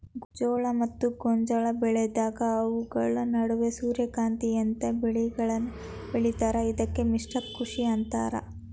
ಜೋಳ ಮತ್ತ ಗೋಂಜಾಳ ಬೆಳೆದಾಗ ಅವುಗಳ ನಡುವ ಸೂರ್ಯಕಾಂತಿಯಂತ ಬೇಲಿಗಳನ್ನು ಬೆಳೇತಾರ ಇದಕ್ಕ ಮಿಶ್ರ ಕೃಷಿ ಅಂತಾರ